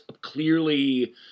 clearly